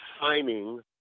signing